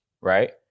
Right